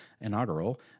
inaugural